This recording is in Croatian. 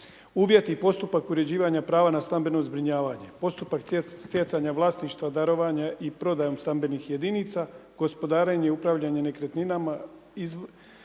uvjeti i postupak uređivanja prava na stambeno zbrinjavanje, postupak stjecanja vlasništva darovanjem i prodajom stambenih jedinica, gospodarenje, upravljanje nekretninama